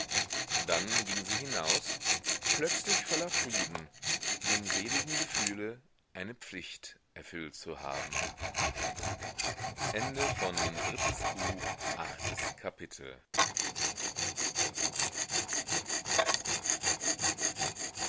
dann ging sie hinaus plötzlich voller frieden im seligen gefühle eine pflicht erfüllt zu haben neuntes kapitel